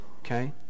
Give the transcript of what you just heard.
Okay